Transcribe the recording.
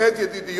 באמת ידידי,